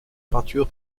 peinture